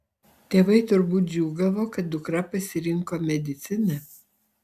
tėvai turbūt džiūgavo kad dukra pasirinko mediciną